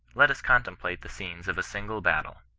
let us contemplate the scenes of a single battle.